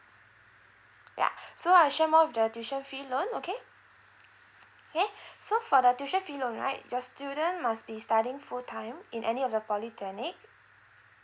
ya so I'll share more of the tuition fee loan okay okay so for the tuition fee loan right your student must be studying full time in any of the polytechnic